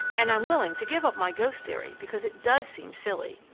and i'm willing to give up my ghost theory, because it does seem silly.